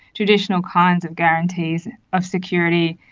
traditional kinds of guarantees of security,